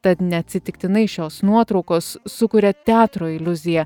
tad neatsitiktinai šios nuotraukos sukuria teatro iliuziją